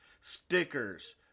stickers